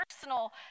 personal